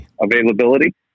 availability